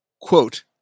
quote